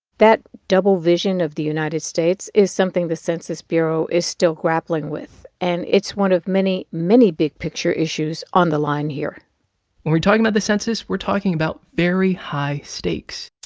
that double vision of the united states is something the census bureau is still grappling with. and it's one of many, many big-picture issues on the line here when we're talking about the census, we're talking about very high stakes.